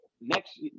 next